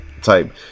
type